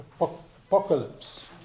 Apocalypse